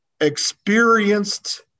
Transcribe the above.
experienced